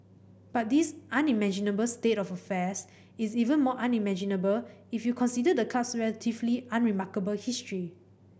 but this unimaginable state of affairs is even more unimaginable if you considered the club's relatively unremarkable history